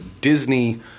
Disney